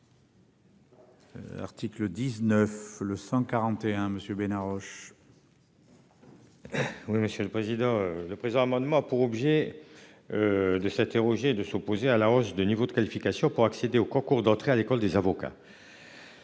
Article 19, le 141 monsieur Bena Roche. Oui, monsieur le président. Le présent amendement a pour objet. De s'interroger de s'opposer à la hausse du niveau de qualification pour accéder au concours d'entrée à l'école des avocats.